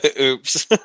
Oops